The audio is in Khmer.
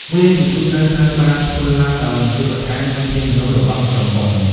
វាជាទូទៅត្រូវបានធ្វើឡើងដោយនាយកដ្ឋានធនធានមនុស្សរបស់ក្រុមហ៊ុន។